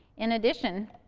in addition,